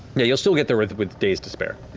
yeah you'll still get there with with days to spare.